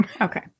Okay